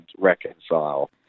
reconcile